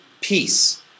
peace